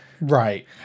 Right